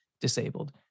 disabled